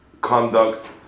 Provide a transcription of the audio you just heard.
conduct